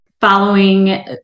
Following